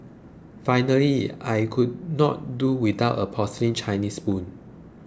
finally I could not do without a porcelain Chinese spoon